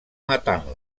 matant